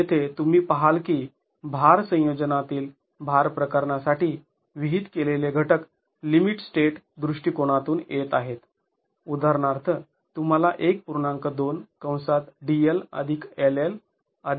जेथे तुम्ही पहाल की भार संयोजनांतील भार प्रकरणासाठी विहित केलेले घटक लिमिट स्टेट दृष्टिकोनातून येत आहेत